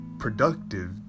Productive